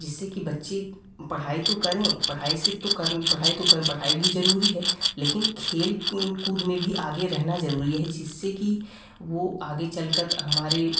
जिससे कि बच्चे पढ़ाई तो करें पढ़ाई से तो कर पढ़ाई तो कर पढ़ाई भी ज़रूरी है लेकिन खेल कूद में भी आगे रहना ज़रूरी है जिससे कि वह आगे चल कर हमारे